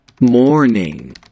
morning